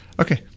Okay